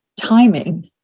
timing